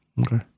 okay